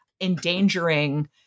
endangering